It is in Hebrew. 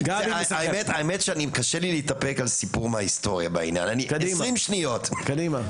האמת שאני קשה לי להתאפק על סיפור ההיסטוריה בעניין 20 שניות קדימה.